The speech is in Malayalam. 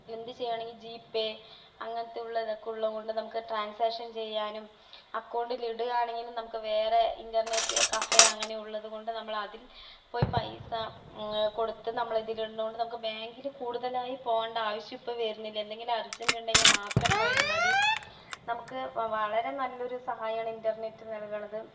എന്ത് ചെയ്യണമെങ്കിലും ജി പേ അങ്ങനത്തെ ഉള്ള ഇതൊക്കെ ഉള്ള കൊണ്ട് നമുക്ക് ട്രാൻസാക്ഷൻ ചെയ്യാനും അക്കൗണ്ടിൽ ഇടുകയാണെങ്കിലും നമുക്ക് വേറെ ഇൻറ്റർനെറ്റ് കഫേ അങ്ങനെയുള്ളതുകൊണ്ട് നമ്മൾ അതിൽ പോയി പൈസ കൊടുത്ത് നമ്മളതിൽ ഇടണമെന്ന് നമുക്ക് ബാങ്കിൽ കൂടുതലായി പോകേണ്ട ആവശ്യം ഇപ്പോൾ വരുന്നില്ല എന്തെങ്കിലും അർജൻറ്റ് ഉണ്ടെങ്കിൽ മാത്രം പോയാൽ മതി നമുക്ക് വ വളരെ നല്ലൊരു സഹായമാണ് ഇൻറർനെറ്റ് നൽകുന്നത്